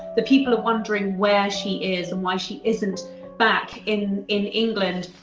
the people are wondering where she is and why she isn't back in in england.